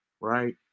right